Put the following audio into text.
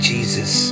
Jesus